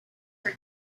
her